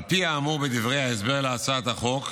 על פי האמור בדברי ההסבר להצעת החוק,